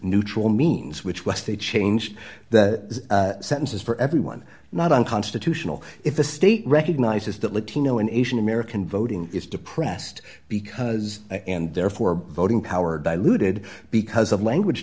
neutral means which was the change the sentences for everyone not unconstitutional if the state recognizes that latino and asian american voting is depressed because and therefore voting power diluted because of language